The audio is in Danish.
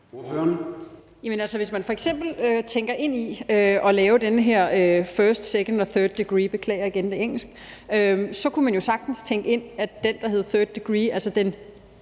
hvis man f.eks. tænker ind i at lave den her first, second og third degree – jeg beklager igen det engelske – kunne man jo sagtens tænke ind, at den, der hedder third degree, altså den